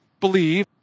Believe